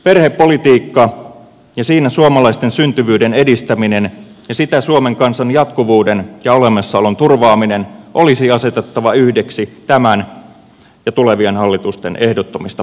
perhepolitiikka ja siinä suomalaisten syntyvyyden edistäminen ja siten suomen kansan jatkuvuuden ja olemassaolon turvaaminen olisi asetettava yhdeksi tämän ja tulevien hallitusten ehdottomista päätavoitteista